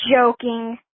joking